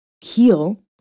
heal